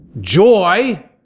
joy